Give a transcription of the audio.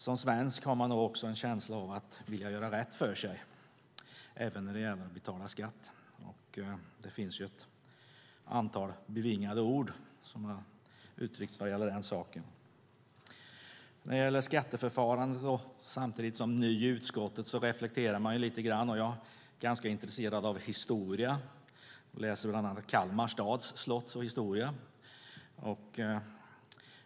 Som svensk har man nog också en känsla av att vilja göra rätt för sig, även när det gäller att betala skatt. Det finns ett antal bevingade ord som yttrats vad gäller den saken. När det gäller skatteförfarandet reflekterar man lite grann som ny i utskottet. Jag är ganska intresserad av historia och läser bland annat Kalmar stads och slotts historia.